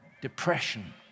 depression